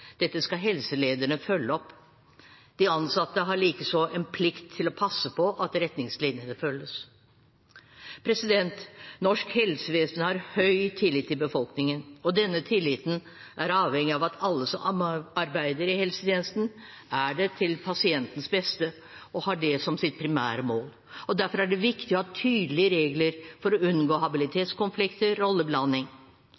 Dette skal helselederne følge opp. De ansatte har likeså en plikt til å passe på at retningslinjene følges. Norsk helsevesen har høy tillit i befolkningen, og denne tilliten er avhengig av at alle som arbeider i helsetjenesten, er der til pasientens beste og har det som sitt primære mål. Derfor er det viktig å ha tydelige regler for å unngå